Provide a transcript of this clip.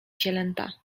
cielęta